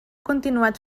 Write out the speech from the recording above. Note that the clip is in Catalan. continuat